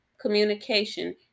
communication